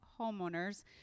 homeowners